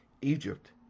Egypt